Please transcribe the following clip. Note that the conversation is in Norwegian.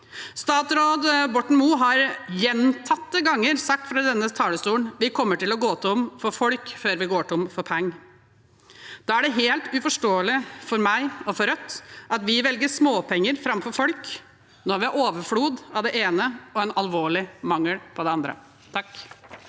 Statsråd Borten Moe har gjentatte ganger sagt fra denne talerstolen at vi kommer til å gå tom for folk før vi går tom for penger. Da er det helt uforståelig for meg og for Rødt at vi velger småpenger framfor folk når vi har overflod av det ene og en alvorlig mangel på det andre.